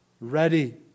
ready